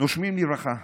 "נושמים לרווחה"